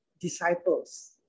disciples